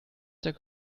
der